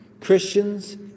Christians